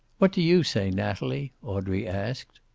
what do you say, natalie? audrey asked.